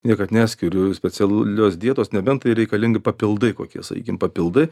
niekad neskiriu specialios dietos nebent tai reikalingi papildai kokie sakykim papildai